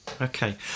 okay